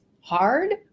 hard